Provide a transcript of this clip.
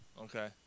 Okay